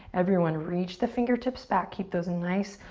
everyone to reach the fingertips back. keep those nice,